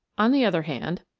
on the other hand,